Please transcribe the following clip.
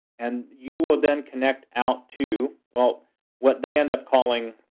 and you will then connect out to, well what they end up calling